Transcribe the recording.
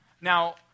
Now